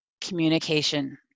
Communication